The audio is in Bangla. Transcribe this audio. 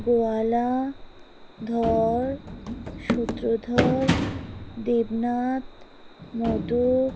গোয়ালা ধর সূত্রধর দেবনাথ মধু